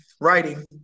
writing